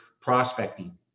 prospecting